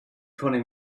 twenty